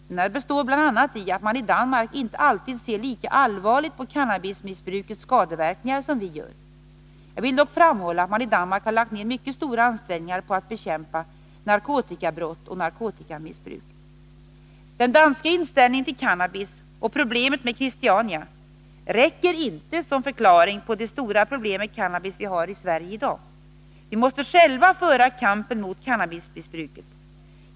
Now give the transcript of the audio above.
Denna består bl.a. i att man i Danmark inte alltid ser lika allvarligt på cannabismissbrukets skadeverkningar som vi gör. Jag vill dock framhålla att man i Danmark har lagt ned mycket stora ansträngningar på att bekämpa narkotikabrott och narkotikamissbruk. Den danska inställningen till cannabis och problemet med Christiania räcker inte som förklaring till de stora problem med cannabis som vi har i Sverige i dag. Vi måste själva föra kampen mot cannabismissbruket.